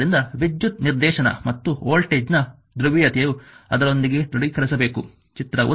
ಆದ್ದರಿಂದ ವಿದ್ಯುತ್ ನಿರ್ದೇಶನ ಮತ್ತು ವೋಲ್ಟೇಜ್ನ ಧ್ರುವೀಯತೆಯು ಅದರೊಂದಿಗೆ ದೃಢೀಕರಿಸಬೇಕು ಚಿತ್ರ 1